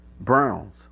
Browns